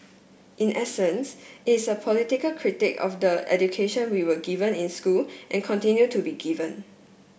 in essence it's a political critique of the education we were given in school and continue to be given